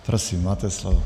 Prosím, máte slovo.